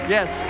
Yes